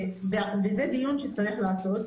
זה דיון שצריך לעשות.